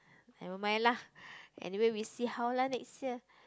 never mind lah anyway we see how lah next year